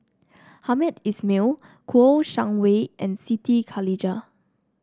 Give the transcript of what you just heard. Hamed Ismail Kouo Shang Wei and Siti Khalijah